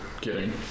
kidding